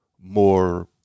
more